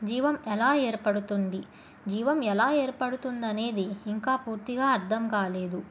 జీవం ఎలా ఏర్పడుతుంది జీవం ఎలా ఏర్పడుతుందనేది ఇంకా పూర్తిగా అర్థం కాలేదు